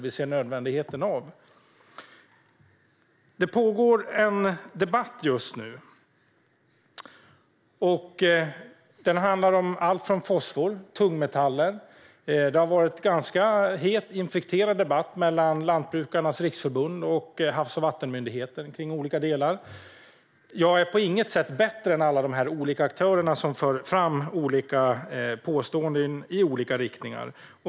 Vi ser nödvändigheten av det. Det pågår just nu en debatt som handlar om allt från fosfor till tungmetaller. Det har varit en ganska het och infekterad debatt om olika delar mellan Lantbrukarnas Riksförbund och Havs och vattenmyndigheten. Jag är på inget sätt bättre än alla de olika aktörer som för fram olika påståenden i olika riktningar.